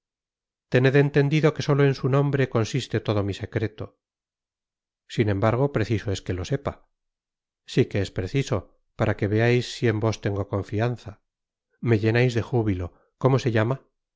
tened enteudido que solo en su nombre consiste todo mi secreto sin embargo preciso es que to sepa si que es preciso para que veais si en vos tengo confianza i me ltenais de júbilo cómo se llama